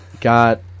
got